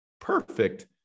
Perfect